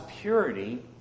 purity